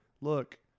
look